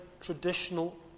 traditional